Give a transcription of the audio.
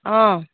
অঁ